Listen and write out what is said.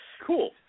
Cool